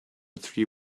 tree